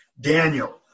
Daniel